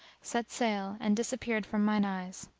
set sail and disappeared from mine eyes.